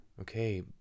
Okay